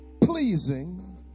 pleasing